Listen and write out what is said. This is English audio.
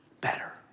better